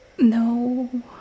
No